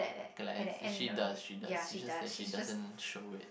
okay lah and she does she does it's just that she doesn't show it